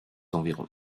environs